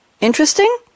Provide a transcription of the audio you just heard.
Interesting